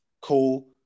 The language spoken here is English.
cool